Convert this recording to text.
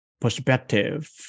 perspective